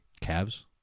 Cavs